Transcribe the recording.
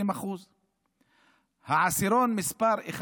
20%. עשירון מס' 1,